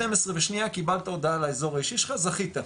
12:00 ושנייה קיבלת הודעה לאזור האישי שלך "זכית",